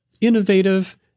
innovative